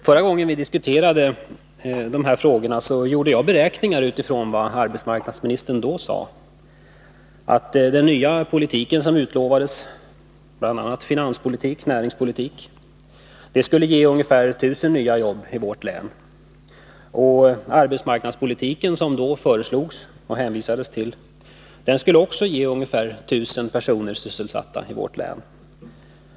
Förra gången vi diskuterade de här frågorna gjorde jag beräkningar utifrån vad arbetsmarknadsministern då sade, bl.a. att den nya finanspolitik och den nya näringspolitik som utlovades skulle ge ungefär 1000 nya jobb, och arbetsmarknadspolitiken som då föreslogs och hänvisades till skulle ge ytterligare 1 000 personer sysselsättning i vårt län.